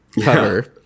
cover